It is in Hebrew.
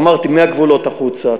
אמרתי: מהגבולות החוצה,